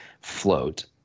float